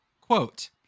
Quote